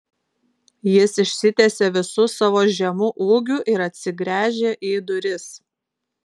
jis išsitiesė visu savo žemu ūgiu ir atsigręžė į duris